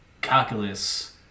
calculus